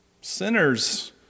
Sinners